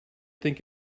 think